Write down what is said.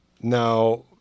now